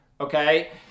okay